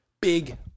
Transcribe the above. Big